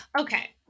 Okay